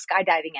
skydiving